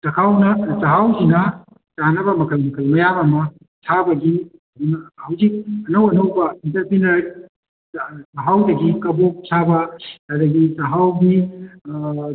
ꯆꯥꯛꯍꯥꯎꯁꯤꯅ ꯀꯥꯟꯅꯕ ꯃꯈꯜ ꯃꯈꯜ ꯃꯌꯥꯝ ꯑꯃ ꯁꯥꯕꯒꯤ ꯍꯧꯖꯤꯛ ꯑꯅꯧ ꯑꯅꯧꯕ ꯑꯦꯟꯇꯔꯄꯤꯅꯔ ꯆꯥꯛꯍꯥꯎꯗꯒꯤ ꯀꯕꯣꯛ ꯁꯥꯕ ꯑꯗꯒꯤ ꯆꯥꯛꯍꯥꯎꯒꯤ